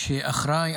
שאחראי,